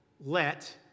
let